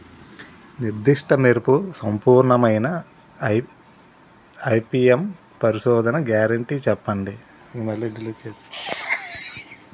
నిర్దిష్ట మెరుపు సంపూర్ణమైన ఐ.పీ.ఎం పరిశోధన గ్యారంటీ చెప్పండి?